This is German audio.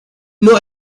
nur